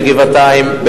בגבעתיים,